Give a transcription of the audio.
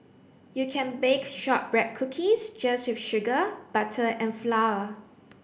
you can bake shortbread cookies just with sugar butter and flour